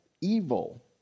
evil